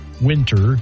winter